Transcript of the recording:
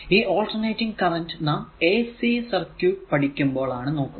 ഈ alternating current നാം ac circuit പഠിക്കുമ്പോൾ ആണ് നോക്കുക